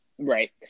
Right